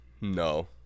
No